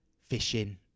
Fishing